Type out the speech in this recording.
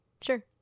sure